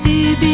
See